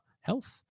health